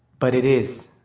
but it is.